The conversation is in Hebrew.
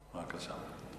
בבקשה.